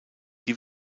die